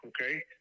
okay